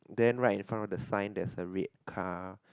then right in front of the sign there's a red car